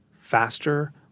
faster